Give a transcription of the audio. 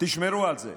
תשמרו על זה.